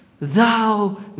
thou